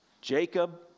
Jacob